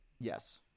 Yes